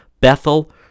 Bethel